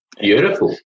Beautiful